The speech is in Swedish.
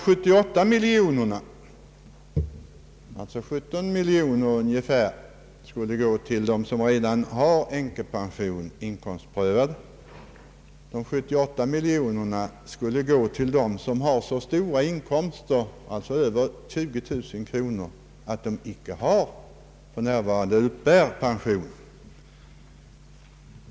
78 miljoner kronor skulle gå till dem som har så stora inkomster, alltså över 20 000 kronor, att de icke för närvarande uppbär pension.